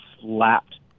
slapped